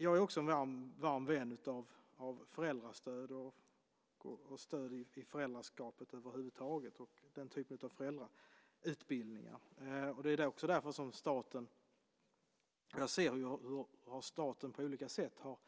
Jag är också en varm vän av föräldrastöd och stöd i föräldraskapet och föräldrautbildningar över huvud taget. Jag ser hur staten har